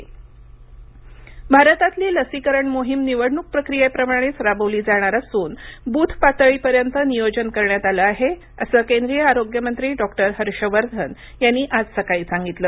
हर्ष वर्धन लसीकरण भारतातली लसीकरण मोहीम निवडणूक प्रक्रियेप्रमाणेच राबवली जाणार असून बूथ पातळीपर्यंत नियोजन करण्यात आलं आहे असं केंद्रीय आरोग्य मंत्री डॉक्टर हर्ष वर्धन यांनी आज सकाळी सांगितलं